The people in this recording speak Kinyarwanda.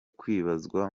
kwibazwa